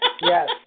Yes